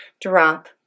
drop